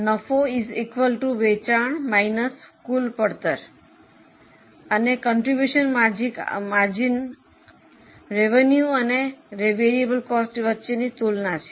નફો વેચાણ કૂલ પડતર અને ફાળો ગાળો આવક અને ચલિત ખર્ચ વચ્ચેની તુલના છે